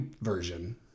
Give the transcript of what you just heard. version